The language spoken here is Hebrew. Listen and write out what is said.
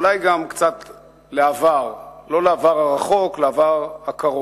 אולי גם קצת לעבר, לא לעבר הרחוק, לעבר הקרוב.